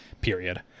period